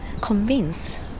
convince